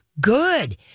Good